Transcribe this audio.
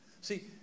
See